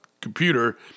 computer